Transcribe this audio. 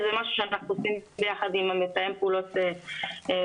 זה משהו שאנחנו עושים ביחד עם מתאם הפעולות בשטחים,